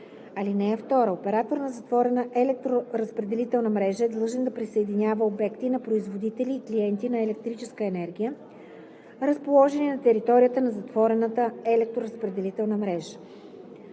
мрежа. (2) Оператор на затворена електроразпределителна мрежа е длъжен да присъединява обекти на производители и клиенти на електрическа енергия, разположени на територията на затворената електроразпределителна мрежа.